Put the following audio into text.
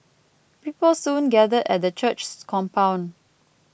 people soon gathered at the church's compound